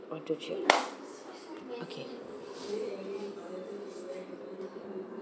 one two three okay